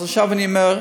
אז עכשיו אני אומר: